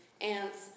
Ants